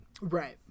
Right